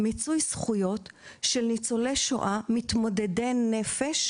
מיצוי זכויות של ניצולי שואה מתמודדי נפש,